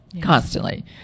constantly